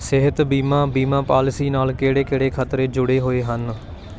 ਸਿਹਤ ਬੀਮਾ ਬੀਮਾ ਪਾਲਿਸੀ ਨਾਲ ਕਿਹੜੇ ਕਿਹੜੇ ਖਤਰੇ ਜੁੜੇ ਹੋਏ ਹਨ